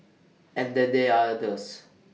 and then there're others